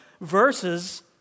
verses